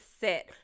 sit